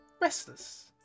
Restless